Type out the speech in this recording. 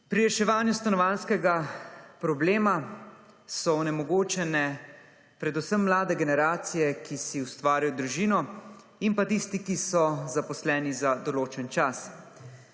Pri reševanju stanovanjskega problema so onemogočene predvsem mlade generacije, ki si ustvarjajo družino in pa tisti, ki so zaposleni za določen čas.